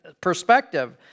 perspective